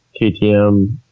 KTM